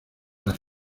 las